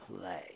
play